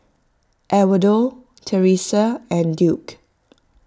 Edwardo Teressa and Duke